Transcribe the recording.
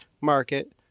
market